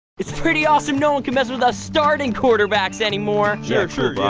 it's pretty awesome no one can mess with us starting quarterbacks anymore sure,